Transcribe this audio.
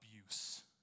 abuse